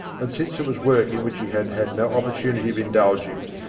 and, since it was work in which he had had no opportunity of indulging,